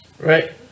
Right